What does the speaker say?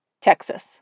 Texas